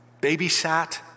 babysat